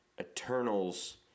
Eternals